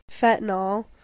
fentanyl